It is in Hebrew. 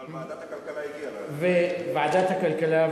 אבל ועדת הכלכלה הגיעה.